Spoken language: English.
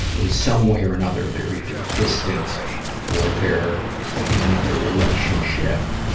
in some way or another they're either distant or they're in another relationship.